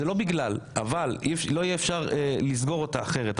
זה לא בגלל, אבל לא יהיה אפשר לסגור אותה אחרת.